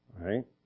Right